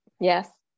yes